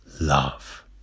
love